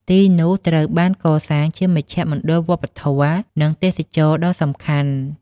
ទីនោះត្រូវបានកសាងជាមជ្ឈមណ្ឌលវប្បធម៌ និងទេសចរណ៍ដ៏សំខាន់។